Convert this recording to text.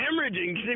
hemorrhaging